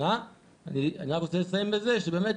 אני רק רוצה לסיים בזה, שבאמת,